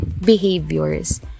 behaviors